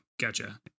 Gotcha